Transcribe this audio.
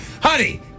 honey